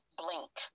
blink